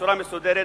בצורה מסודרת,